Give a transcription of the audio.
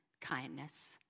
kindness